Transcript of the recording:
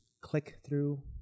click-through